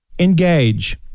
engage